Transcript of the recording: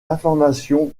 information